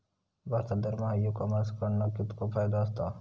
भारतात दरमहा e commerce कडणा कितको फायदो होता?